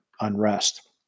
unrest